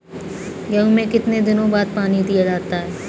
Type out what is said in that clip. गेहूँ में कितने दिनों बाद पानी दिया जाता है?